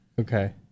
Okay